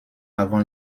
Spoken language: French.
avant